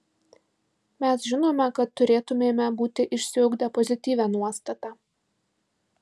mes žinome kad turėtumėme būti išsiugdę pozityvią nuostatą